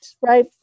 right